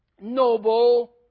noble